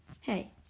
hey